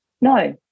No